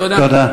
תודה.